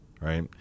right